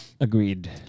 Agreed